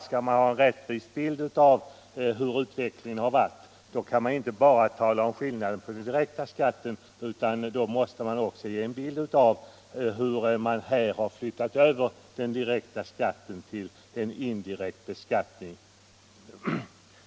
Skall man ge en rättvisande bild av utvecklingen anser jag inte att man kan tala bara om skillnaden i den direkta skatten för dessa år, utan då måste man också ge en bild av hur den statliga direkta skatten har flyttats över till indirekt skatt, arbetsgivaravgift och höjda kommunalskatter.